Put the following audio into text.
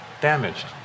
damaged